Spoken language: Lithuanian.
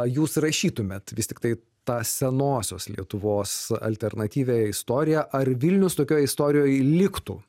jūs rašytumėt vis tiktai tą senosios lietuvos alternatyvią istoriją ar vilnius tokioj istorijoj liktų